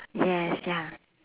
yes ya